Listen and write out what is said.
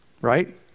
right